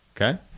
Okay